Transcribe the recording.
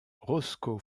roscoe